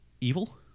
evil